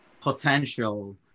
potential